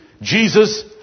Jesus